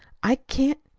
i can't!